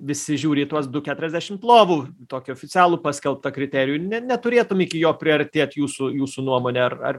visi žiūri į tuos du keturiasdešim lovų tokį oficialų paskelbtą kriterijų neturėtume iki jo priartėt jūsų jūsų nuomone ar ar